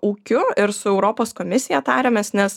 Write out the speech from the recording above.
ūkiu ir su europos komisija tariamės nes